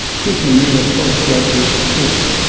peter new, a postgraduate student,